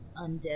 undead